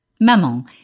Maman